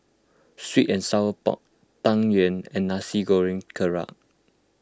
Sweet and Sour Pork Tang Yuen and Nasi Goreng Kerang